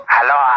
Hello